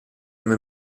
alla